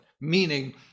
meaning